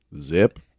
zip